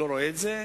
לא רואה את זה,